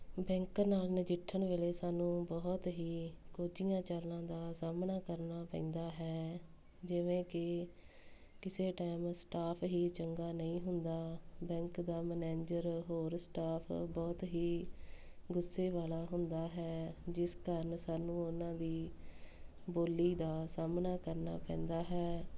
bank ਨਾਲ ਨਜਿੱਠਣ ਵੇਲੇ ਸਾਨੂੰ ਬਹੁਤ ਹੀ ਗੁੱਝੀਆਂ ਚਾਲਾਂ ਦਾ ਸਾਹਮਣਾ ਕਰਨਾ ਪੈਂਦਾ ਹੈ ਜਿਵੇਂ ਕਿ ਕਿਸੇ ਟਾਈਮ ਸਟਾਫ ਹੀ ਚੰਗਾ ਨਹੀਂ ਹੁੰਦਾ ਬੈਂਕ ਦਾ ਮੈਨੇਜਰ ਹੋਰ ਸਟਾਫ ਬਹੁਤ ਹੀ ਗੁੱਸੇ ਵਾਲਾ ਹੁੰਦਾ ਹੈ ਜਿਸ ਕਾਰਨ ਸਾਨੂੰ ਉਹਨਾਂ ਦੀ ਬੋਲੀ ਦਾ ਸਾਹਮਣਾ ਕਰਨਾ ਪੈਂਦਾ ਹੈ